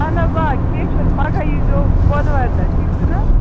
اَہَن حظ آ کیٚنٛہہ چھُنہٕ پَگاہ ییٖزیٚو بۅدوارِ دۄہ ٹھیٖک چھُنہٕ حظ